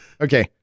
Okay